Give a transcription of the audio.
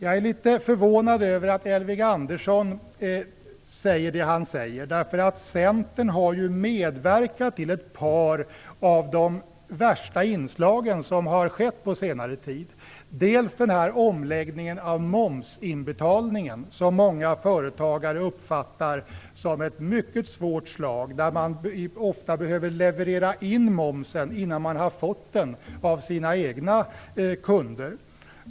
Jag är litet förvånad över att Elving Andersson säger det han gör. Centern har nämligen medverkat till ett par av de värsta inslagen under senare tid. För det första gäller det omläggningen av momsinbetalningen som många företagare uppfattar som ett mycket svårt slag. Momsen måste ofta betalas in redan innan man fått den av sina egna kunder.